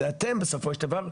שאלה אתם בסופו של דבר,